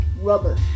rubber